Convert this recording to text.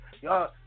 Y'all